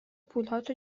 پولهاتو